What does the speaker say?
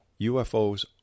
UFOs